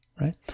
right